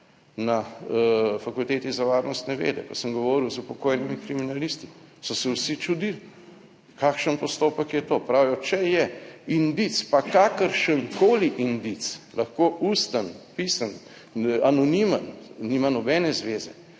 na Fakulteti za varnostne vede, ko sem govoril z upokojenimi kriminalisti, so se vsi čudili, kakšen postopek je to. Pravijo, če je indic, pa kakršenkoli indic, lahko usten, pisen, anonimen, nima nobene zveze,